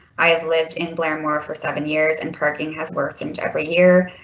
i have lived in blairmore for seven years and parking has worsened every year.